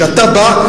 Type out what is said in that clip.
כשאתה בא,